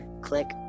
Click